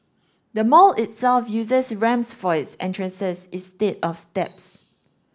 the mall itself uses ramps for its entrances instead of steps